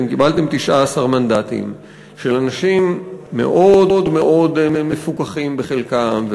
אתם קיבלתם 19 מנדטים של אנשים מאוד מאוד מפוקחים בחלקם,